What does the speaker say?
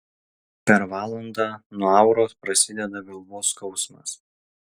per valandą nuo auros prasideda galvos skausmas